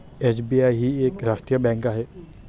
SBI ही एक राष्ट्रीय बँक आहे